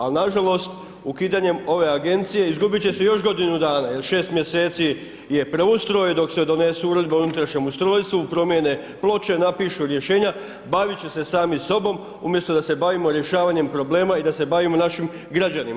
Ali, na žalost, ukidanjem ove Agencije, izgubiti će se još godinu dana, jel 6 mjeseci je preustroj, dok se donese Uredba o unutrašnjem ustrojstvu, promijene ploče, napišu rješenja, baviti će se sami sobom, umjesto da se bavimo rješavanjem problema i da se bavimo našim građanima.